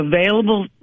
available